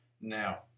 Now